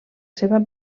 seva